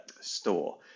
store